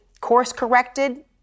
course-corrected